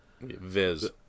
Viz